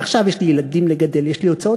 עכשיו יש לי ילדים לגדל, יש לי הוצאות.